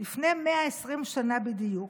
לפני 120 שנה בדיוק,